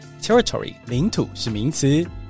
territory领土是名词。